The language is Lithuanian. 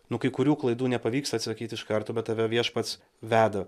nu kai kurių klaidų nepavyks atsakyt iš karto bet tave viešpats veda